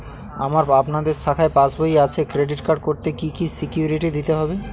আমার আপনাদের শাখায় পাসবই আছে ক্রেডিট কার্ড করতে কি কি সিকিউরিটি দিতে হবে?